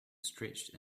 stretched